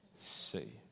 See